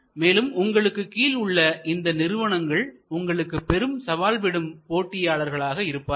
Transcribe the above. மேலும் உங்களுக்கு கீழ் உள்ள இந்த நிறுவனங்கள் உங்களுக்கு பெரும் சவால் விடும் போட்டியாளர்களாக இருப்பார்கள்